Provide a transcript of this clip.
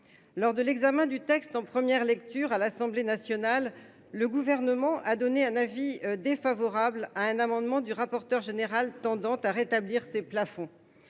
Lors de l’examen du texte en première lecture à l’Assemblée nationale, le Gouvernement a émis un avis défavorable sur un amendement du rapporteur général tendant à rétablir ces plafonds.